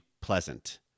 pleasant